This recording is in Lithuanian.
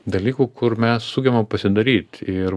dalykų kur mes sugebame pasidaryt ir